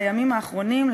בימים האחרונים,